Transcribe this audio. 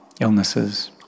illnesses